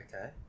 Okay